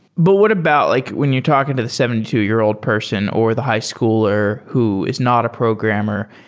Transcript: but what about like when you're talking to the seventy two year old person or the high schooler who is not a programmer?